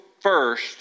first